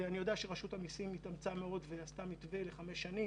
ואני יודע שרשות המיסים התאמצה מאוד ועשתה מתווה לחמש שנים,